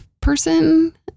person